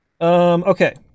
Okay